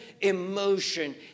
emotion